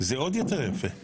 זה עוד יותר יפה.